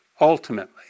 ultimately